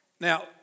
Now